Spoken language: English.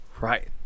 Right